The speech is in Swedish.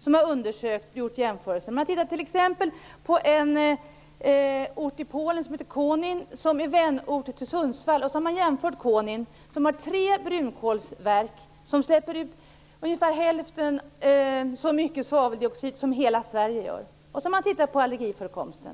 som har undersökt och gjort jämförelser. Man har t.ex. tittat på en ort i Polen som heter Konin och som är vänort till Sundsvall. Därefter har man gjort en jämförelse. I Konin, som har tre brunkolsverk som släpper ut ungefär hälften så mycket svaveldioxid som hela Sverige gör, har man tittat på allergiförekomsten.